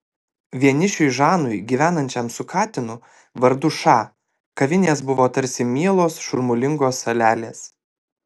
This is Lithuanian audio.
vienišiui žanui gyvenančiam su katinu vardu ša kavinės buvo tarsi mielos šurmulingos salelės